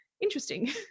interesting